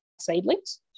seedlings